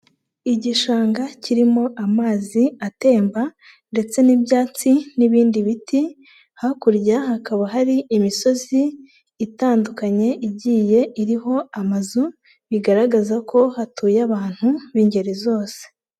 Igishanga kirimo amazi atemba ndetse n'ibyatsi n'ibindi biti, hakurya hakaba hari imisozi itandukanye, igiye iriho amazu, bigaragaza ko hatuye abantu b'ingeri zose.